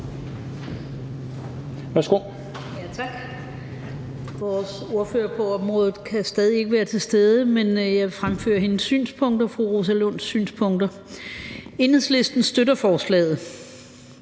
Vores ordfører på området, fru Rosa Lund, kan stadig ikke være til stede, men jeg vil fremføre hendes synspunkter. Enhedslisten støtter forslaget.